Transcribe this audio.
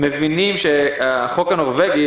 מבינים שהחוק הנורווגי,